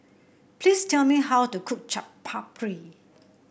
please tell me how to cook Chaat Papri